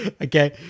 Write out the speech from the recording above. Okay